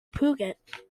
puget